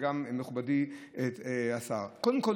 וגם של מכובדי השר: קודם כול,